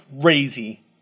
crazy